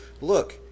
look